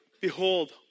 Behold